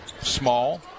Small